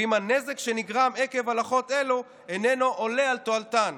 ואם הנזק שנגרם עקב הלכות אלה איננו עולה על תועלתן".